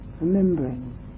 Remembering